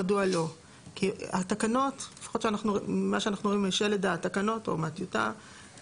הרגילות ובשעות לילה או אגרות שונות בעד תפקידי פיקוח